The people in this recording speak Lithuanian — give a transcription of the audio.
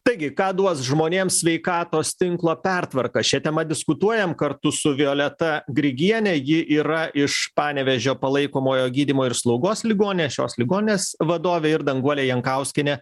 taigi ką duos žmonėms sveikatos tinklo pertvarka šia tema diskutuojam kartu su violeta grigiene ji yra iš panevėžio palaikomojo gydymo ir slaugos ligoninės šios ligoninės vadovė ir danguole jankauskiene